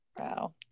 wow